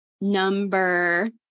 number